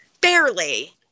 Barely